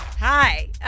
Hi